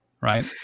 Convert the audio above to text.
Right